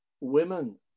women